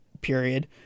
period